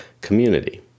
community